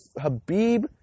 Habib